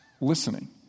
listening